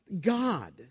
God